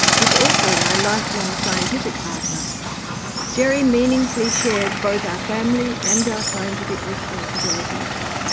who is also my lifelong scientific partner jerry meaningfully shared both our family and our scientific responsibilities.